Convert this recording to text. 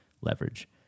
leverage